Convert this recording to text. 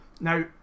now